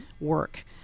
work